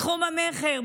בתחום המכר,